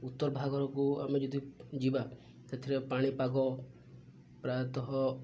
ଉତ୍ତର ଭାଗରକୁ ଆମେ ଯଦି ଯିବା ସେଥିରେ ପାଣିପାଗ ପ୍ରାୟତଃ